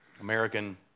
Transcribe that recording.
American